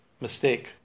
mistake